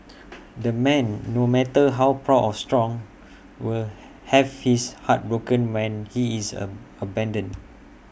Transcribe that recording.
the man no matter how proud or strong will have his heart broken when he is A abandoned